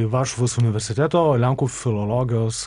į varšuvos universiteto lenkų filologijos